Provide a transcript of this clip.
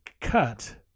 cut